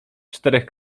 czterech